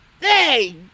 Hey